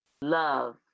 love